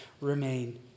remain